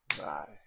Bye